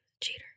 cheater